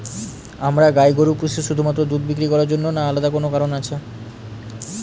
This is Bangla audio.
আমরা গাই গরু পুষি শুধুমাত্র দুধ বিক্রি করার জন্য না আলাদা কোনো কারণ আছে?